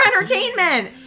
entertainment